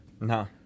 No